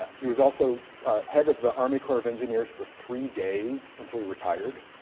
he was also head of the army corps of engineers for three days until he retired